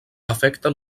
afecta